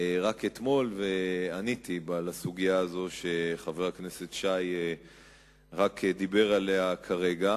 רק אתמול ועניתי על הסוגיה הזו שחבר הכנסת שי רק דיבר עליה כרגע.